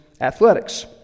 athletics